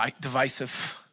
divisive